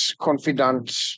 confidant